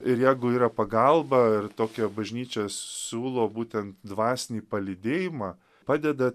ir jeigu yra pagalba ir tokia bažnyčia siūlo būtent dvasinį palydėjimą padeda